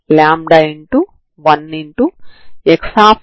ఇది రెండవ ప్రారంభ సమాచారం